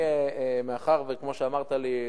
מאחר שכמו שאמרת לי,